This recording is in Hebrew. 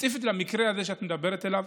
ספציפית למקרה הזה שאת מדברת עליו